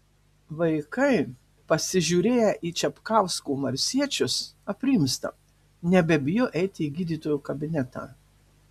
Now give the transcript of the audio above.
vaikai pasižiūrėję į čepkausko marsiečius aprimsta nebebijo eiti į gydytojo kabinetą